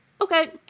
okay